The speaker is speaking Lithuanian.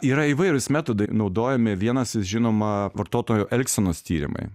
yra įvairūs metodai naudojami vienas žinoma vartotojų elgsenos tyrimai